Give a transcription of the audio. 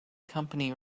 company